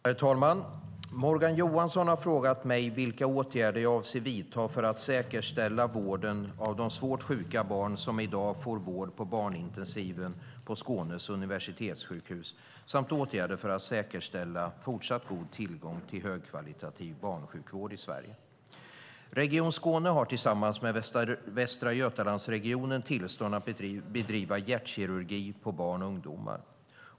Herr talman! Morgan Johansson har frågat mig vilka åtgärder jag avser att vidta för att säkerställa vården av de svårt sjuka barn som i dag får vård på barnintensiven på Skånes universitetssjukhus samt om åtgärder för att säkerställa fortsatt god tillgång till högkvalitativ barnsjukvård i Sverige. Region Skåne har tillsammans med Västra Götalandsregionen tillstånd att bedriva hjärtkirurgi på barn och ungdomar.